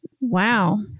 Wow